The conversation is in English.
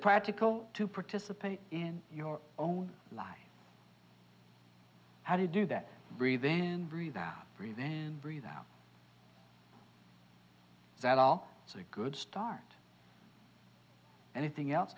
practical to participate in your own life how do you do that breathing and breathe breathe in breathe out that all it's a good start anything else